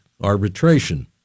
arbitration